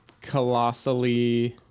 colossally